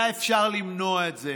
היה אפשר למנוע את זה,